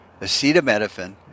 acetaminophen